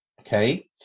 okay